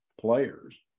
players